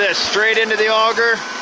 ah straight into the auger.